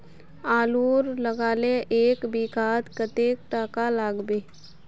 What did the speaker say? आलूर लगाले एक बिघात कतेक टका लागबे?